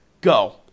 Go